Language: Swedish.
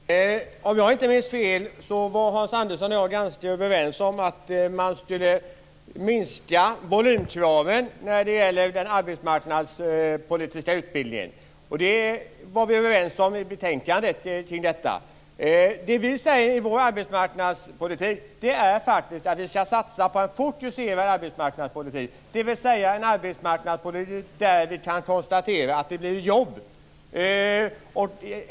Fru talman! Om jag inte minns fel var Hans Andersson och jag överens om att man skulle minska volymkravet när det gäller den arbetsmarknadspolitiska utbildningen. Det var vi överens om i betänkandet. Det vi säger i vår arbetsmarknadspolitik är faktiskt att vi skall satsa på en fokuserad arbetsmarknadspolitik, dvs. en arbetsmarknadspolitik där vi kan konstatera att det blir jobb.